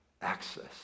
access